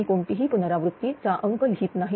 मी कोणताही पुनरावृत्ती चा अंक लिहित नाही